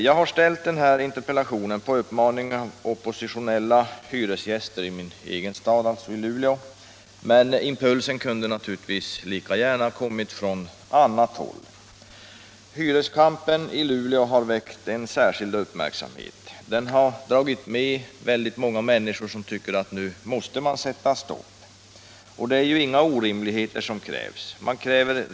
Jag har framställt min interpellation på uppmaning av oppositionella hyresgäster i min egen hemstad, Luleå, men impulsen kunde lika gärna ha kommit från annat håll. Hyreskampen i Luleå har emellertid väckt särskild uppmärksamhet. Den har dragit med många människor som tycker att nu måste det sättas stopp. Och det är inga orimligheter som krävs.